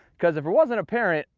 because if it wasn't apparent.